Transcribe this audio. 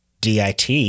DIT